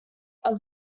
are